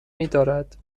میدارد